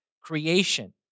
creation